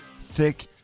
thick